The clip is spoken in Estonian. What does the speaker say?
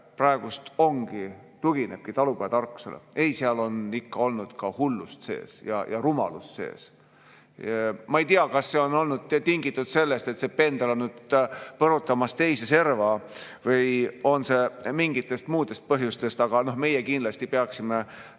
praegu tuginebki talupojatarkusele. Ei, seal on ikka olnud sees ka hullust ja rumalust. Ma ei tea, kas see on tingitud sellest, et pendel on nüüd põrutamas teise serva, või mingitest muudest põhjustest, aga meie kindlasti peaksime